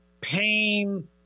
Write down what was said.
pain